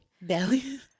belly